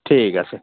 ঠিক আছে